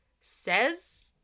says